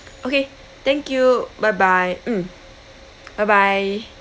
okay thank you bye bye mm bye bye